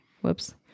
whoops